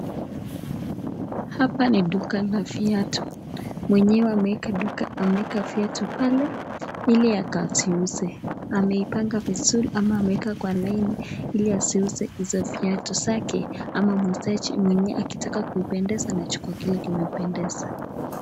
Hapa ni duka la viatu, mwenyewe ameweka duka ameeka viatu pale, ili akaziuze, ameipanga vizuri ama ameweka kwa laini ili aziuze hizo viatu zake, ama muhiji mwenye atakitaka kupendeza achukua kile kimempendeza.